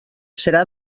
serà